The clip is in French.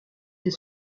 des